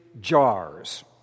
jars